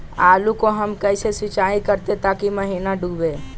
आलू को हम कैसे सिंचाई करे ताकी महिना डूबे?